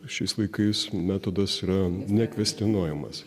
šiais laikais metodas yra nekvestionuojamas